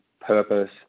purpose